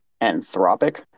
Anthropic